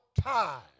time